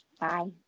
Bye